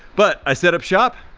but i set up shop.